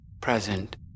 present